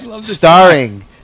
Starring